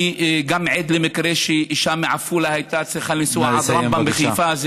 אני גם הייתי עד למקרה שאישה מעפולה הייתה צריכה לנסוע עד רמב"ם בחיפה.